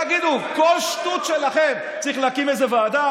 תגידו, על כל שטות שלכם צריך להקים איזו ועדה?